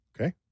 Okay